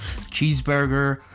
cheeseburger